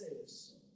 says